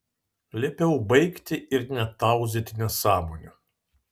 liepiau baigti ir netauzyti nesąmonių